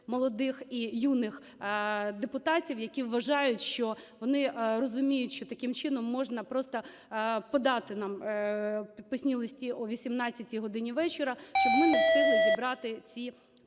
молодих і юних депутатів, які вважають, що вони розуміють, що таким чином можна просто подати нам підписні листи у 18 годині вечора, щоб ми не встигли зібрати ці